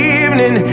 evening